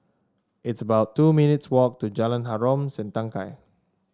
it's about two minutes' walk to Jalan Harom Setangkai